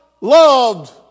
loved